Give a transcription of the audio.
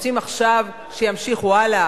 רוצים עכשיו שימשיכו הלאה.